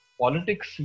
politics